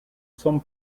some